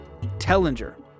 Tellinger